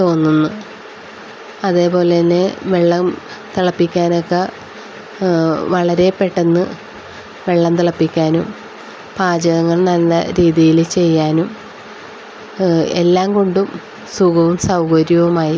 തോന്നുന്നു അതേപോലെത്തന്നെ വെള്ളം തിളപ്പിക്കാനൊക്കെ വളരെ പെട്ടെന്ന് വെള്ളം തിളപ്പിക്കാനും പാചകങ്ങൾ നല്ല രീതിയിൽ ചെയ്യാനും എല്ലാംകൊണ്ടും സുഖവും സൗകര്യവുമായി